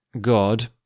god